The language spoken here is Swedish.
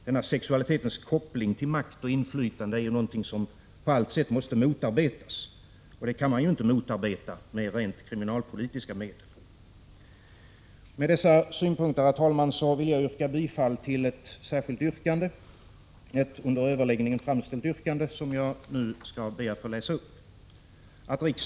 Denna sexualitetens koppling till makt och inflytande är något som på allt sätt måste motarbetas. Det kan man inte göra med rent kriminalpolitiska medel. Med dessa synpunkter, herr talman, vill jag yrka bifall till ett under överläggningen framställt yrkande som jag ber att få läsa upp.